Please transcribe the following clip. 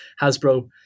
Hasbro